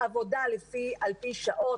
עבודה על פי שעות,